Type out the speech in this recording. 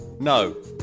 no